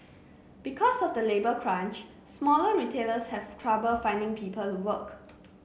because of the labour crunch smaller retailers have trouble finding people to work